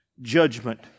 judgment